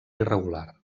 irregular